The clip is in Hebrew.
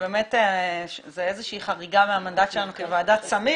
באמת חריגה מהמנדט שלנו כוועדת סמים,